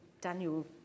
Daniel